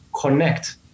connect